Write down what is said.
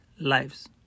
lives